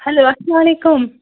hello السلامُ علیکُم